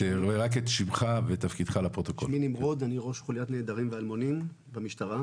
אני ראש חוליית נעדרים ואלמונים במשטרה.